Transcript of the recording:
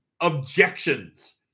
objections